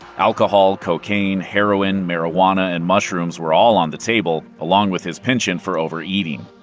alcohol, cocaine, heroin, marijuana, and mushrooms were all on the table, along with his penchant for overeating.